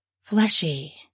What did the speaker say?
fleshy